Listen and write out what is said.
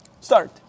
start